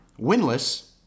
winless